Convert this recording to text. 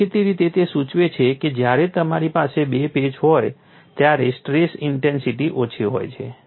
દેખીતી રીતે તે સૂચવે છે કે જ્યારે તમારી પાસે બે પેચ હોય ત્યારે સ્ટ્રેસ ઇન્ટેન્સિટી ઓછી હોય છે